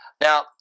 Now